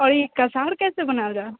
आओर ई कसार कैसे बनायल जाय